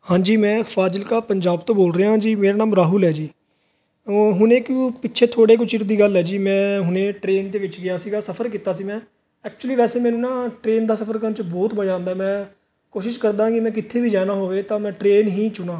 ਹਾਂਜੀ ਮੈਂ ਫਾਜਿਲਕਾ ਪੰਜਾਬ ਤੋਂ ਬੋਲ ਰਿਹਾ ਜੀ ਮੇਰਾ ਨਾਮ ਰਾਹੁਲ ਹੈ ਜੀ ਹੁਣ ਇੱਕ ਪਿੱਛੇ ਥੋੜੇ ਕੁ ਚਿਰ ਦੀ ਗੱਲ ਹੈ ਜੀ ਮੈਂ ਹੁਣੇ ਟਰੇਨ ਦੇ ਵਿੱਚ ਗਿਆ ਸੀਗਾ ਸਫਰ ਕੀਤਾ ਸੀ ਮੈਂ ਐਕਚੁਲੀ ਵੈਸੇ ਮੈਨੂੰ ਨਾ ਟਰੇਨ ਦਾ ਸਫਰ ਕਰ ਚ ਬਹੁਤ ਵਜਾ ਆਉਂਦਾ ਮੈਂ ਕੋਸ਼ਿਸ਼ ਕਰਦਾ ਕਿ ਮੈਂ ਕਿੱਥੇ ਵੀ ਜਾਣਾ ਹੋਵੇ ਤਾਂ ਮੈਂ ਟਰੇਨ ਹੀ ਚੁਣਾ